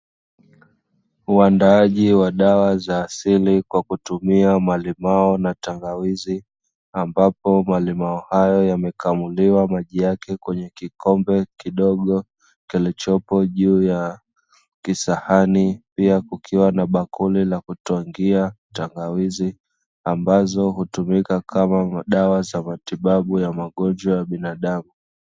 Uandaaji wa dawa za asili kwa kutumia malimao na tangawizi, ambapo malimao hayo yamekamuliwa maji yake kwenye kikombe kidogo kilichopo juu ya kisahani. Pia, kukiwa na bakuli la kutwangia tangawizi ambazo hutumika kama dawa za matibabu za magonjwa ya binadamu.